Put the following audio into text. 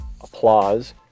applause